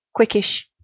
Quickish